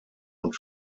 und